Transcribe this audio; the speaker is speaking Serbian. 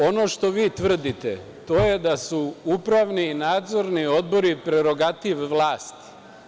Ono što vi tvrdite, to je da su upravni i nadzorni odbori prerogativ vlasti.